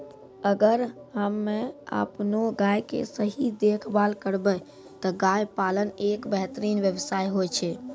अगर हमॅ आपनो गाय के सही देखभाल करबै त गाय पालन एक बेहतरीन व्यवसाय होय छै